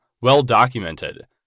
well-documented